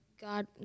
God